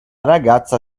ragazza